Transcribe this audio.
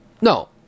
No